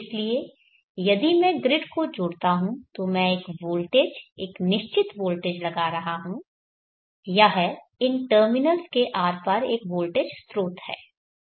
इसलिए यदि मैं ग्रिड को जोड़ता हूं तो मैं एक वोल्टेज एक निश्चित वोल्टेज लगा रहा हूं यह इन टर्मिनल्स के आरपार एक वोल्टेज स्रोत है